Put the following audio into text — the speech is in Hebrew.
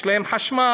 יש להם חשמל,